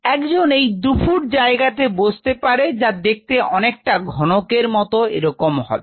একজন এই দুই ফুট জায়গাতে বসতে পারে যা দেখতে অনেকটা ঘনকের মত এ রকম হবে